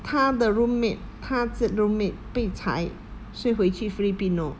她的 roommate 她的 roommate 被裁所以回去 philippines